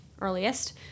earliest